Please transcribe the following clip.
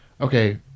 Okay